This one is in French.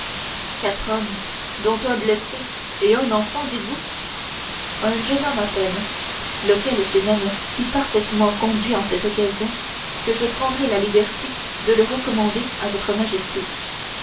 quatre hommes dont un blessé et un enfant dites-vous un jeune homme à peine lequel s'est même si parfaitement conduit en cette occasion que je prendrai la liberté de le recommander à votre majesté